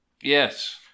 Yes